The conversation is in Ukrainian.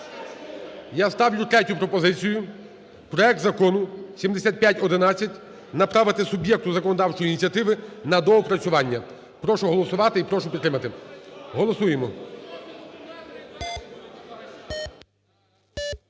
Я ставлю третю пропозицію проект Закону 7511 направити суб'єкту законодавчої ініціативи на доопрацювання. Прошу голосувати і прошу підтримати. Голосуємо.